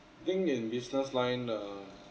think in business line err